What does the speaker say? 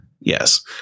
Yes